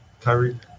Kyrie